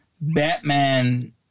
Batman